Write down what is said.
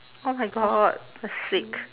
oh my god that's sick